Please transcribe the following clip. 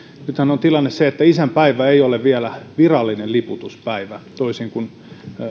nythän on tilanne se että isänpäivä ei ole vielä virallinen liputuspäivä toisin kuin